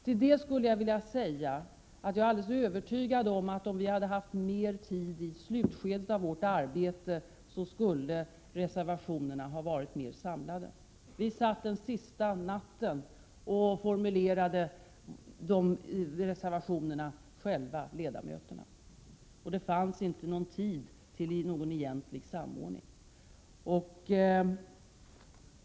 Till det skulle jag vilja säga: Jag är alldeles övertygad om att om vi hade haft mer tid i slutskedet av vårt arbete skulle reservationerna ha varit mer samlade. Den sista natten satt vi ledamöter själva och formulerade reservationerna, och det fanns inte tid för någon egentlig samordning.